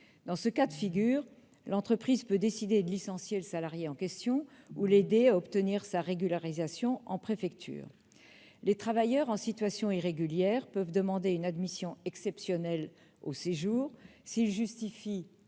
Dans ce cas de figure, l'entreprise peut décider de licencier le salarié en question ou l'aider à obtenir sa régularisation auprès de la préfecture. Les travailleurs en situation irrégulière peuvent demander une admission exceptionnelle au séjour s'ils justifient